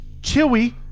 Chewy